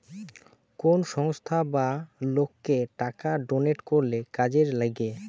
কোন সংস্থা বা লোককে টাকা ডোনেট করলে কাজের লিগে